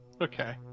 Okay